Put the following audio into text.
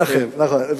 נכון, נכון.